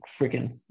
freaking